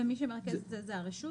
ומי שמרכז את זה זו הרשות